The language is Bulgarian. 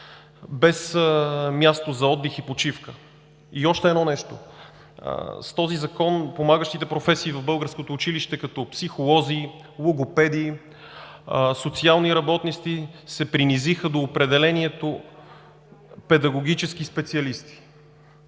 без място за отдих и почивка. Още нещо. С този Закон помагащите професии в българското училище като психолози, логопеди, социални работници се принизиха до определението „педагогически специалисти“,